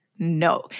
No